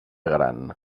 gran